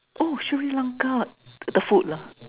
oh Sri-Lanka the food lah